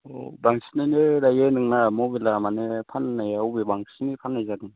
बांसिनानो दायो नोंना मबाइला माने फाननायाव अबे बांसिननै फाननाय जादों